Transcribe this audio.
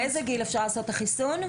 באיזה גיל אפשר לעשות את החיסון?